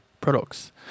products